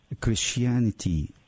Christianity